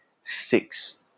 six